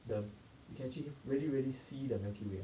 then you can actually really really see the milky way